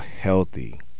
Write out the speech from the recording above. healthy